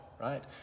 right